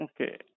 Okay